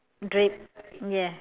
drape ya